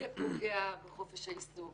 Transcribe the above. זה פוגע בחופש העיסוק,